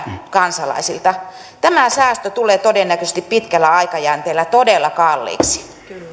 kansalaisilta tämä säästö tulee todennäköisesti pitkällä aikajänteellä todella kalliiksi